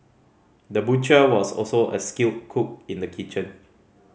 the butcher was also a skilled cook in the kitchen